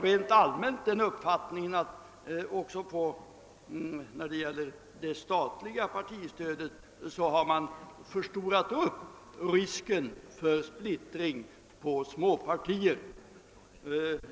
Rent allmänt har jag den uppfattningen, att man också när det gäller det statliga partistödet har förstorat upp risken för splittring på småpartier.